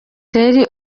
terry